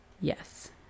yes